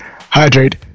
hydrate